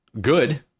good